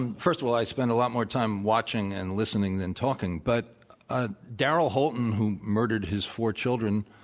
and first of all, i spent a lot more time watching and listening than talking. but ah daryl holton, who murdered his four children,